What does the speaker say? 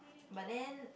but then